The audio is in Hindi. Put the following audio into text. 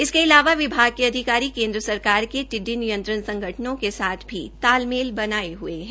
इसके अलावा विभाग के अधिकारी केन्द्र सरकार के टिडडी नियंत्रण संगठनों के साथ भी तालमेल बनाये हये है